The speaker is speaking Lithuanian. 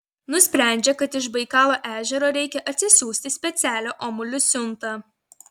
nusprendžia kad iš baikalo ežero reikia atsisiųsti specialią omulių siuntą